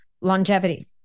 longevity